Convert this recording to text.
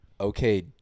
Okay